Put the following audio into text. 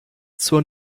zur